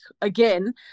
again